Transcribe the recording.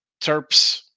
Terps